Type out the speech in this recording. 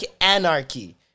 anarchy